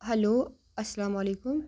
hello اَسلامُ علیکُم